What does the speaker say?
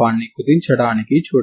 ప్రాథమికంగా P